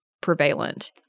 prevalent